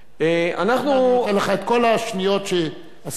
הנה, אני נותן לך את כל השניות שהשר לא היה פה.